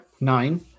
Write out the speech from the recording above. nine